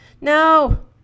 No